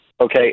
okay